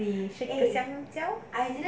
你是个香蕉